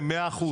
ב-100%,